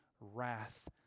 wrath